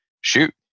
shoot